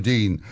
Dean